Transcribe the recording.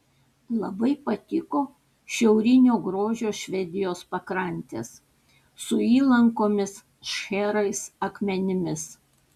labai patiko šiaurinio grožio švedijos pakrantės su įlankomis šcherais akmenimis